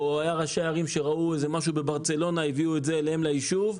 היו ראשי ערים שראו משהו בברצלונה והביאו את זה אליהם ליישוב.